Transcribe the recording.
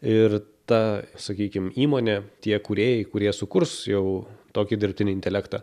ir ta sakykim įmonė tie kūrėjai kurie sukurs jau tokį dirbtinį intelektą